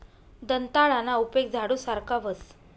दंताळाना उपेग झाडू सारखा व्हस